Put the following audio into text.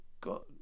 got